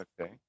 Okay